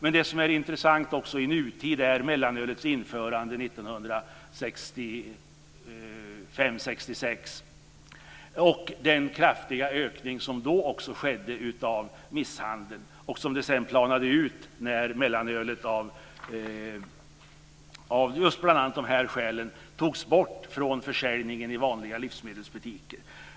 Men det som är intressant i nutid är mellanölets införande 1965-1966 och den kraftiga ökning som då också skedde av antalet misshandelsfall. Det planade sedan ut när försäljningen av mellanölet av bl.a. just dessa skäl upphörde i vanliga livsmedelsbutiker.